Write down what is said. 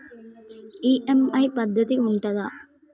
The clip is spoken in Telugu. ఈ.ఎమ్.ఐ పద్ధతి ఉంటదా?